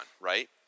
right